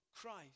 Christ